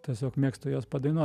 tiesiog mėgstu juos padainuo